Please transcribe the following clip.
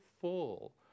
full